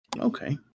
Okay